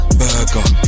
burger